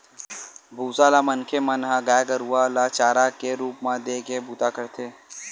भूसा ल मनखे मन ह गाय गरुवा ल चारा के रुप म देय के बूता करथे